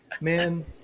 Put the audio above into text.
Man